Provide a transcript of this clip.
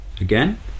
again